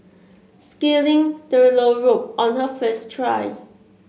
scaling the low rope on her first try